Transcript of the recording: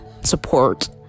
support